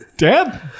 Dad